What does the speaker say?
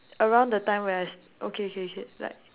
around the time where I s~ okay okay shit like